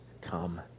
come